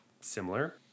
similar